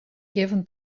given